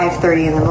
ah thirty